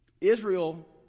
Israel